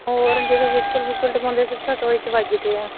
ਹੋਰ ਜਦੋਂ ਵਹੀਕਲ ਵੁਹਕਲ ਟਪਾਉਂਦੇ ਸਿੱਧਾ ਟੋਏ 'ਚ ਵੱਜਦੇ ਆ